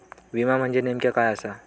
विमा म्हणजे नेमक्या काय आसा?